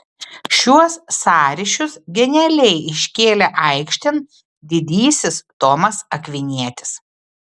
šiuos sąryšius genialiai iškėlė aikštėn didysis tomas akvinietis